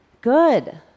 Good